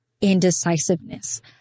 indecisiveness